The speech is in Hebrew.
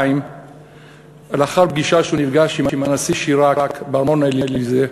לאחר פגישה עם הנשיא שיראק בארמון האליזה.